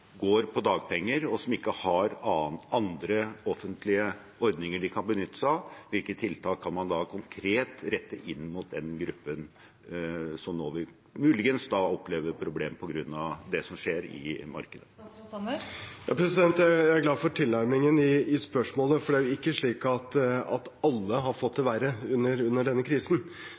går på dagpenger og ikke har andre offentlige ordninger de kan benytte seg av? Hvilke tiltak kan man konkret rette inn mot den gruppen som nå muligens vil oppleve problemer på grunn av det som skjer i markedet? Jeg er glad for tilnærmingen i spørsmålet, for det er ikke alle som har fått det verre under denne krisen.